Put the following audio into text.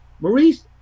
Maurice